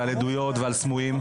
ועל עדויות ועל סמויים.